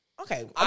Okay